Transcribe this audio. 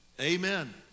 Amen